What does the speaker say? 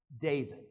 David